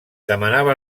demanava